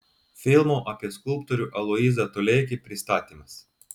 filmo apie skulptorių aloyzą toleikį pristatymas